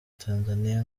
tanzania